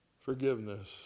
forgiveness